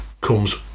comes